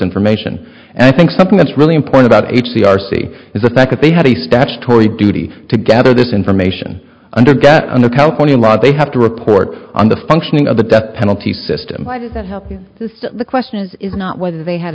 information and i think something that's really important about each the r c is the fact that they had a statutory duty to gather this information under get under california law they have to report on the functioning of the death penalty system why does that help this the question is is not whether they had